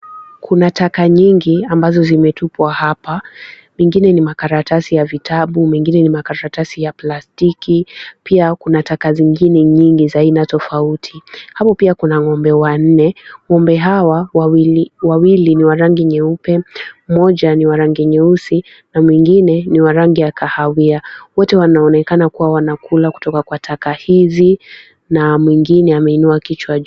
Kuna taka nyingi ambazo zimetupwa hapa. Nyingine ni makalatasi ya vitabu, mengine ni makalatasi ya plastiki, pia kuna taka zingine nyingi za aina tofauti. Hapa pia kuna ng'ombe wainne. Ng'ombe hawa, wawili, wawili ni wa rangi nyeupe, moja ni wa rangi nyeusi na mwingine ni wa rangi ya kahawia. Wote wanaoonekana kuwa wanakula kutoka kwa taka hizi na mwingine ameinua kichwa juu.